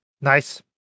nice